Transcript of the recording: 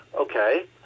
okay